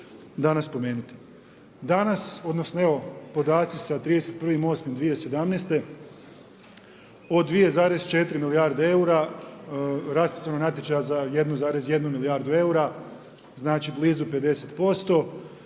Danas odnosno evo podaci sa 31.8.2017. od 2,4 milijarde eura raspisano je natječaja za 1,1 milijardu eura znači blizu 50%,